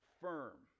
firm